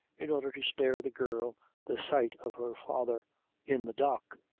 in order to spare the girl the sight of her father in the dock,